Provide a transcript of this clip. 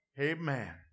amen